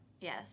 yes